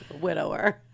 widower